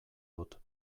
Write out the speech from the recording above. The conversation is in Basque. dut